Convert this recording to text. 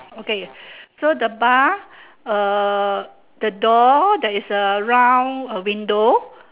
okay so the bar uh the door there is a round window